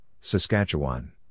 Saskatchewan